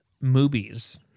movies